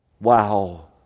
Wow